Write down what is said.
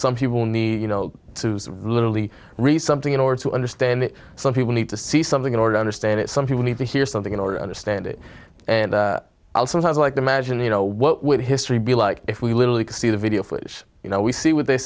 some people need you know literally re something in order to understand it some people need to see something in order to understand it some people need to hear something in order to understand it and i'll sometimes like the maginot know what would history be like if we literally could see the video footage you know we see what they